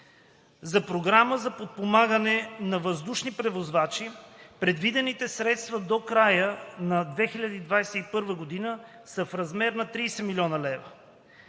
За Програма за подпомагане на въздушните превозвачи предвидените средства до края на 2021 г. са в размер до 30 млн. лв.